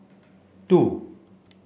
two